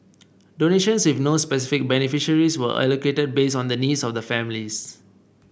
donations with no specific beneficiaries were allocated based on the needs of the families